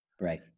Right